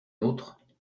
nôtres